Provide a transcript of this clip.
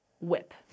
whip